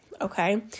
okay